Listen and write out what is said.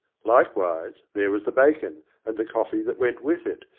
likewise, there was the bacon, and the coffee that went with it,